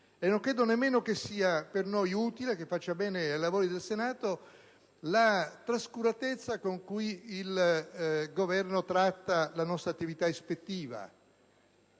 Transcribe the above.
Non credo nemmeno che sia utile e che faccia bene ai lavori del Senato la trascuratezza con cui il Governo tratta la nostra attività ispettiva,